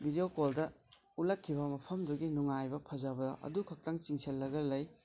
video ꯀꯣꯜꯗ ꯎꯠꯂꯛꯈꯤꯕ ꯃꯐꯝꯗꯨꯒꯤ ꯅꯨꯉꯥꯏꯕ ꯐꯖꯕ ꯑꯗꯨꯈꯛꯇꯪ ꯆꯤꯡꯁꯤꯜꯂꯒ ꯂꯩ